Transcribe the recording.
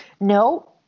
No